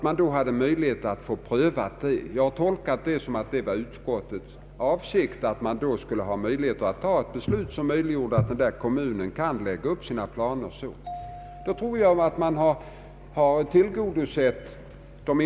Jag har tolkat uttalandet så att det är utskottets avsikt att det skall finnas möjlighet att fatta ett beslut som möjliggör för kommuner att lägga upp sina planer på det sättet.